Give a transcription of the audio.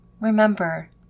Remember